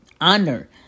Honor